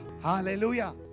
Hallelujah